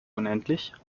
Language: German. unendlich